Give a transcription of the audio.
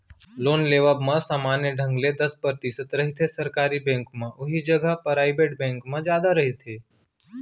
loan लेवब म समान्य ढंग ले दस परतिसत रहिथे सरकारी बेंक म उहीं जघा पराइबेट बेंक म जादा रहिथे